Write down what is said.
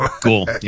cool